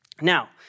Now